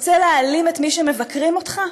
רוצה להעלים את מי שמבקרים אותך?